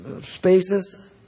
spaces